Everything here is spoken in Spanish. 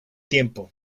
tiempo